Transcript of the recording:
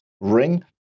ring